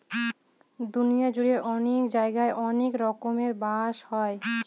দুনিয়া জুড়ে অনেক জায়গায় অনেক রকমের বাঁশ হয়